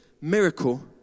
miracle